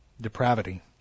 depravity